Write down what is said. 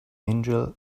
angel